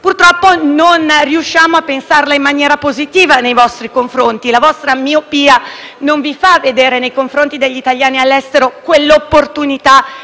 Purtroppo non riusciamo a pensarla in maniera positiva nei vostri riguardi; la vostra miopia non vi fa vedere nei confronti degli italiani all'estero quell'opportunità